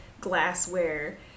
glassware